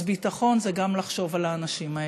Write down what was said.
אז ביטחון זה גם לחשוב על האנשים האלה.